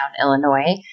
Illinois